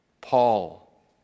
Paul